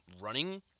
running